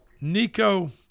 Nico